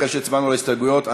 אחרי שהצבענו על ההסתייגויות,